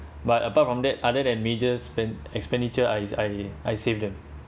but apart from that other than major spend expenditure I I I save them